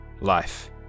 life